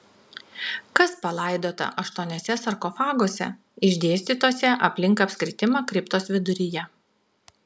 kas palaidota aštuoniuose sarkofaguose išdėstytuose aplink apskritimą kriptos viduryje